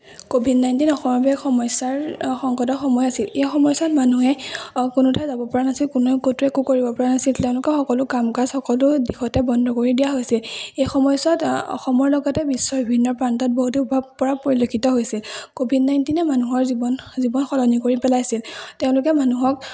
Covid nineteen অসমৰ বাবে সমস্যাৰ সংকট সময় আছিল এই সময়ছোৱাত মানুহে কোনো এটা ঠাইলৈ যাব পৰা নাছিল কোনো ক'তোৱে একো কৰিব পৰা নাছিল তেওঁলোকৰ সকলো কাম কাজ সকলো দিশতে বন্ধ কৰি দিয়া হৈছিল এই সময়ছোৱাত অসমৰ লগতে বিশ্বৰ বিভিন্ন প্ৰান্তত বহুতে প্ৰভাৱ পৰা পৰিলক্ষিত হৈছিল ক'ভিড নাইণ্টিনে মানুহৰ জীৱন জীৱন সলনি কৰি পেলাইছিল তেওঁলোকে মানুহক